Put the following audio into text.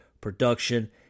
production